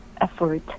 effort